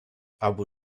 abu